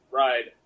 ride